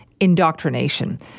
indoctrination